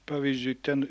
pavyzdžiui ten